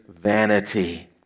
vanity